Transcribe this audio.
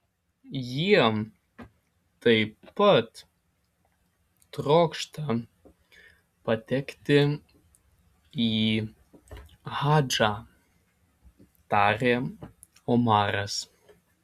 jie taip pat trokšta patekti į hadžą tarė omaras